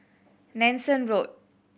Nanson Road